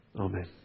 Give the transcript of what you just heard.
Amen